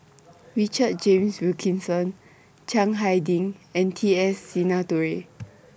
Richard James Wilkinson Chiang Hai Ding and T S Sinnathuray